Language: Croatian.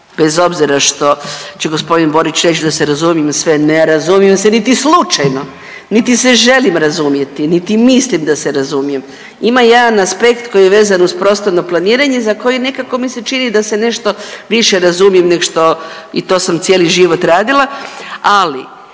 bez obzira što će g. Borić reć da se razumijem u sve, ne razumijem se niti slučajno, niti se želim razumjeti, niti mislim da se razumijem, ima jedan aspekt koji je vezan uz prostorno planiranje za koji nekako mi se čini da se nešto više razumim neg što i to sam cijeli život radila, ali